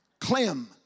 Clem